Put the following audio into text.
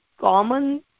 common